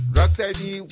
Rocksteady